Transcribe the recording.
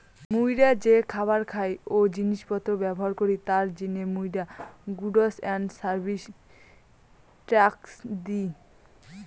মুইরা যে খাবার খাই ও জিনিস পত্র ব্যবহার করি তার জিনে মুইরা goods and service tax the